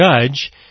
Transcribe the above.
judge